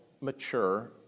mature